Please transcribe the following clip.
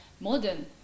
modern